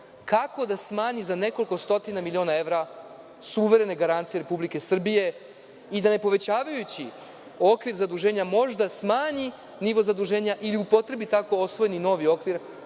kako da smanji za nekoliko stotina miliona evra suverene garancije Republike Srbije i da ne povećavajući okvir zaduženja možda smanji nivo zaduženja ili upotrebi tako osvojeni novi okvir,